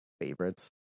favorites